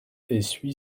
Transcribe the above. essuie